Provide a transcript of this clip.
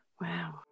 Wow